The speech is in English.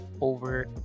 over